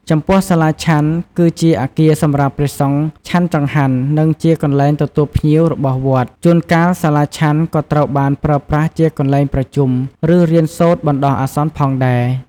ចំពោះសាលាឆាន់គឺជាអគារសម្រាប់ព្រះសង្ឃឆាន់ចង្ហាន់ និងជាកន្លែងទទួលភ្ញៀវរបស់វត្ត ជួនកាលសាលាឆាន់ក៏ត្រូវបានប្រើប្រាស់ជាកន្លែងប្រជុំ ឬរៀនសូត្របណ្តោះអាសន្នផងដែរ។